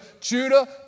Judah